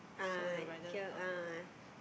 a'ah here a'ah